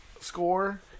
score